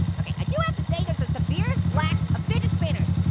okay, i do have to say there's a severe lack of fidget spinners.